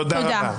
נעמה, תודה רבה.